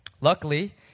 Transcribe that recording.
Luckily